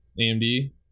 amd